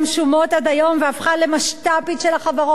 עד היום והפכה למשת"פית של החברות האלה,